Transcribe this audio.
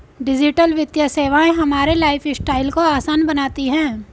digital वित्तीय सेवाएं हमारे लाइफस्टाइल को आसान बनाती हैं